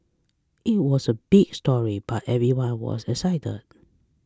it was a big story but everyone was excited